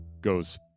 Goes